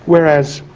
whereas